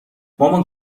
مامان